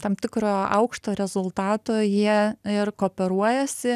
tam tikro aukšto rezultato jie ir kooperuojasi